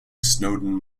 snowden